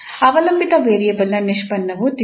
ಅವಲಂಬಿತ ವೇರಿಯೇಬಲ್ನ ನಿಷ್ಪನ್ನವು ತಿಳಿದಿದೆ